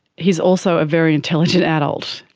he is also a very intelligent adult,